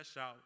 out